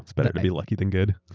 it's better to be lucky than good.